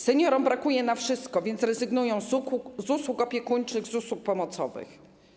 Seniorom brakuje na wszystko, więc rezygnują z usług opiekuńczych, z usług pomocowych.